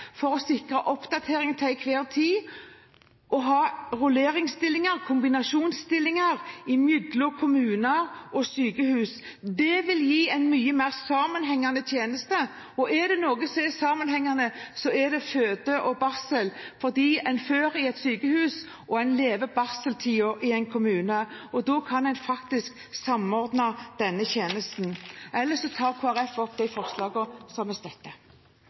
kombinasjonsstillinger – mellom kommuner og sykehus. Det vil gi en mye mer sammenhengende tjeneste. Og er det noe som er sammenhengende, så er det fødsel og barsel – en føder i et sykehus, og en har barseltiden i en kommune. Da kan en samordne denne tjenesten. Jeg tar opp de forslagene som